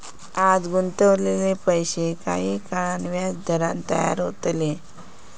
आज गुंतवलेले पैशे काही काळान व्याजदरान तयार होतले